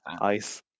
ice